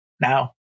now